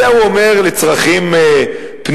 את זה הוא אומר לצרכים פנימיים.